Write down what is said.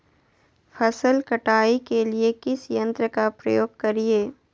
फसल कटाई के लिए किस यंत्र का प्रयोग करिये?